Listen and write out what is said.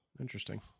Interesting